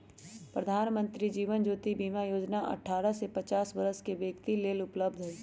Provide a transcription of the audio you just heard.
प्रधानमंत्री जीवन ज्योति बीमा जोजना अठारह से पचास वरस के व्यक्तिय लेल उपलब्ध हई